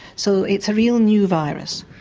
so it's a real new virus.